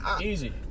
Easy